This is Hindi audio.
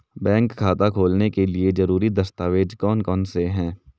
बैंक खाता खोलने के लिए ज़रूरी दस्तावेज़ कौन कौनसे हैं?